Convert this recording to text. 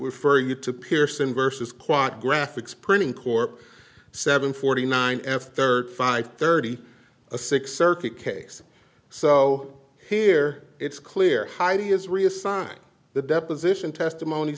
you to pearson versus quad graphics printing corp seven forty nine f thirty five thirty six circuit case so here it's clear heidi is reassign the deposition testimony